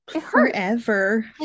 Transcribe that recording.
forever